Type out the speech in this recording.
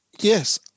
Yes